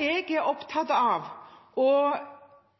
jeg er opptatt av